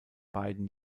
beiden